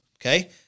Okay